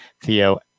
Theo